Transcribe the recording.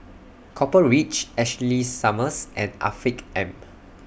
Copper Ridge Ashley Summers and Afiq M